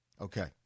Okay